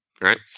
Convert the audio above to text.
right